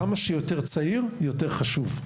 כמה שיותר צעיר יותר חשוב,